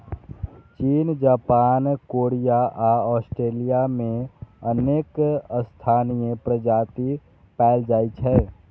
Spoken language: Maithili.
चीन, जापान, कोरिया आ ऑस्ट्रेलिया मे अनेक स्थानीय प्रजाति पाएल जाइ छै